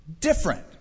different